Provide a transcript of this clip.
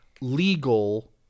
legal